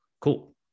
Cool